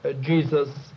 Jesus